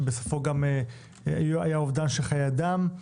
שבסופו היה אובדן חיי אדם.